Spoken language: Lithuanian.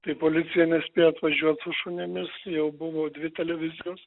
tai policija nespėjo atvažiuot su šunimis jau buvo dvi televizijos